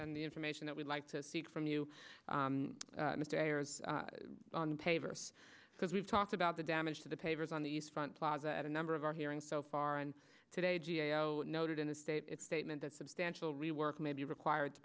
and the information that we'd like to see it from you in a day or on paper because we've talked about the damage to the papers on the east front plaza at a number of our hearing so far and today g a o noted in a state its statement that substantial rework may be required to